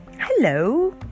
Hello